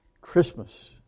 Christmas